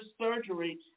surgery